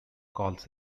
calls